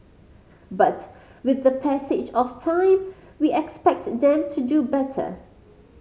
but with the passage of time we expect them to do better